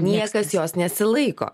niekas jos nesilaiko